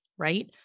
right